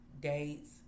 dates